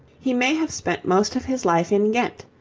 he may have spent most of his life in ghent,